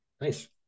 nice